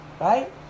right